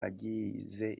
agize